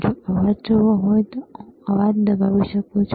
જો અવાજ જોવો હોય તો હું અવાજ દબાવી શકું છું